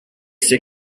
ceux